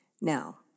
Now